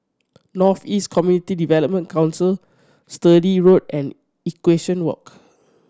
North East Community Development Council Sturdee Road and Equestrian Walk